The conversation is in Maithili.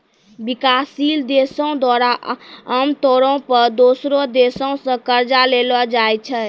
विकासशील देशो द्वारा आमतौरो पे दोसरो देशो से कर्जा लेलो जाय छै